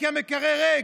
כי המקרר ריק.